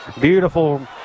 Beautiful